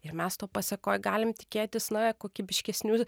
ir mes to pasekoj galime tikėtis na kokybiškesnių